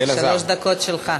שלוש דקות שלך.